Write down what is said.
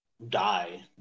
Die